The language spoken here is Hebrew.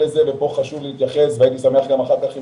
אני מקווה שהדבר הזה כפי שנאמר פה,